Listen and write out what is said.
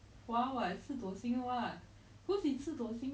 that one is really justifiable because 他们真的是